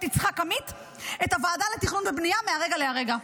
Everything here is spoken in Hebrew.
יצחק עמית את הוועדה לתכנון ובנייה מהרגע להרגע.